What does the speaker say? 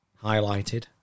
highlighted